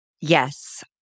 Yes